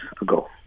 ago